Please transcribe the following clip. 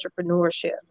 entrepreneurship